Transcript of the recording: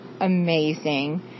amazing